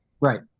Right